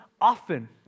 often